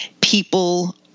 people